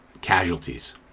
casualties